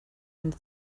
and